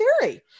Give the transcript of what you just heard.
theory